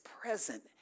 present